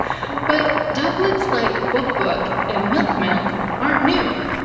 but doublets like book-book and milk-milk aren't new.